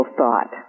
thought